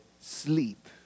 sleep